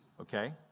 okay